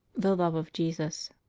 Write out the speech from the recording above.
the love of jesus